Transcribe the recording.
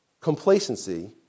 Complacency